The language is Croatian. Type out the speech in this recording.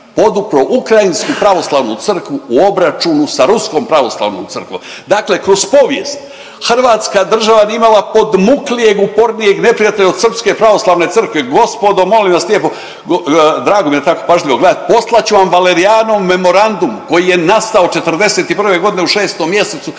podupro ukrajinsku Pravoslavnu crkvu u obračunu sa ruskom Pravoslavnom crkvom. Dakle kroz povijest hrvatska država nije imala podmuklijeg i upornijeg neprijatelja od Srpske pravoslavne crkve, gospodo molim vas lijepo, drago mi je da tako pažljivo gleda…, poslat ću vam Valerijanov memorandum koji je nastao '41.g. u 6. mjesecu, to je